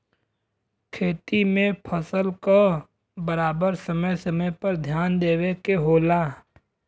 खेती में फसल क बराबर समय समय पर ध्यान देवे के होला